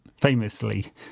famously